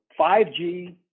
5G